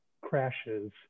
crashes